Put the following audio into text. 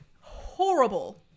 horrible